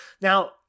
now